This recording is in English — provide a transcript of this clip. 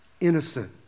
innocent